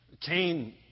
Cain